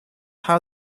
how